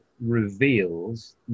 reveals